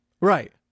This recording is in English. Right